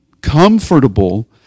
comfortable